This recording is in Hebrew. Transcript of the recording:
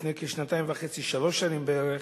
לפני כשנתיים וחצי, שלוש שנים בערך,